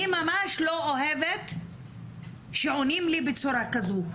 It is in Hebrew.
אני ממש לא אוהבת שעונים לי בצורה כזו.